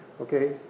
Okay